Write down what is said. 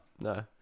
No